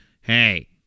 Hey